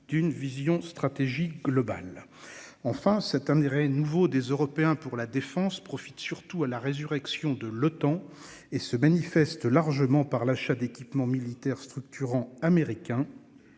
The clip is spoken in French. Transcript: d'une vision stratégique global. Enfin, cet intérêt nouveau des Européens pour la défense profite surtout à la résurrection de l'OTAN et se manifeste largement par l'achat d'équipements militaires structurant américain.